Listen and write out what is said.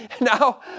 Now